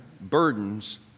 Burdens